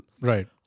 Right